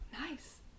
Nice